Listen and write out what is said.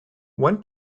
when